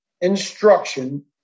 instruction